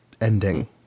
ending